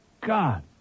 God